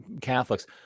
Catholics